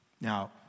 Now